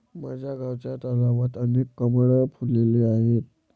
माझ्या गावच्या तलावात अनेक कमळ फुलले आहेत